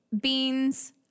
beans